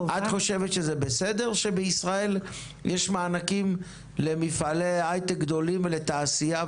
את חושבת שזה בסדר שבישראל יש מענקים למפעלי הייטק גדולים ולתעשייה,